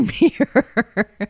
mirror